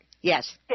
yes